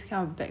ya